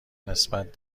نسبت